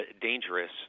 dangerous